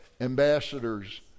Ambassadors